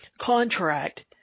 contract